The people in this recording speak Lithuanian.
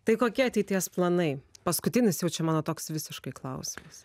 tai kokie ateities planai paskutinis jau čia mano toks visiškai klausimas